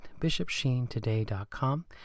bishopsheentoday.com